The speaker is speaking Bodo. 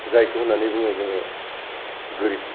जायखौ होननानै बुङो जोङो गोरिब